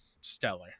stellar